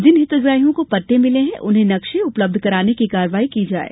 जिन हितग्राहियों को पट्टे मिले हैं उन्हें नक्शे उपलब्ध कराने की कार्यवाई की जाये